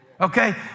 okay